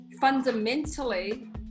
fundamentally